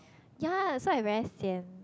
ya so I very sian